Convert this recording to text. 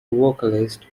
vocalist